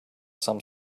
some